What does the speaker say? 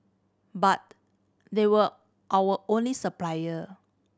but they were our only supplier